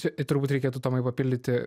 čia turbūt reikėtų tomai papildyti